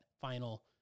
final